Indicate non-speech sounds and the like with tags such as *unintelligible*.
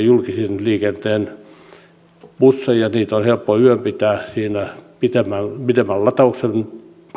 *unintelligible* julkisen liikenteen busseja on on helppo yön yli pitää siinä pidemmän latauksen